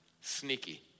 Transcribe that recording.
sneaky